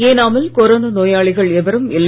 ஏனாமில் கொரோனா நோயாளிகள் எவரும் இல்லை